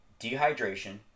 dehydration